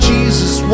Jesus